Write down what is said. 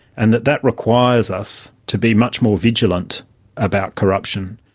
and that that requires us to be much more vigilant about corruption.